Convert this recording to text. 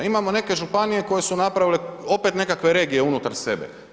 Imamo neke županije koje su napravile opet nekakve regije unutar sebe.